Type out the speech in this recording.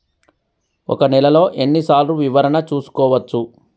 ఒక నెలలో ఎన్ని సార్లు వివరణ చూసుకోవచ్చు?